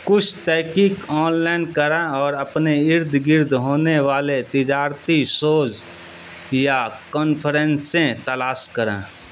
کچھ تحقیق online کریں اور اپنے ارد گرد ہونے والے تجارتی شوز یا کانفرنسیں تلاش کریں